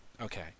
Okay